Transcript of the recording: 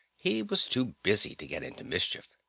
he was too busy to get into mischief.